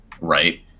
right